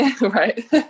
Right